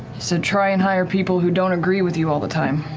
said try and hire people who don't agree with you all the time.